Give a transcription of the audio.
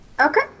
Okay